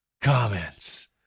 Comments